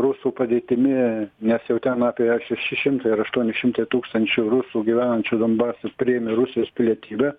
rusų padėtimi nes jau ten apie šeši šimtai ar aštuoni šimtai tūkstančių rusų gyvenančių donbase priėmė rusijos pilietybę